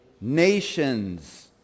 Nations